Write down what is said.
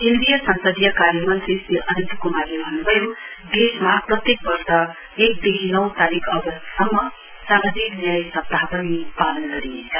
केन्द्रीय संसदीय कार्य मन्त्री श्री अनन्त कुमारले भन्नुभयो देशमा प्रत्येक वर्ष एकदेखि नौ तारीक अगस्तसम्म सामाजिक न्याय सप्ताह पनि मनाइनेछ